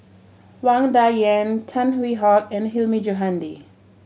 Wang Dayuan Tan Hwee Hock and Hilmi Johandi